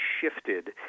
shifted